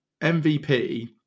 MVP